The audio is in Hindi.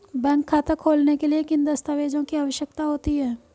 बैंक खाता खोलने के लिए किन दस्तावेज़ों की आवश्यकता होती है?